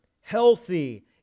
healthy